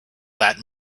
that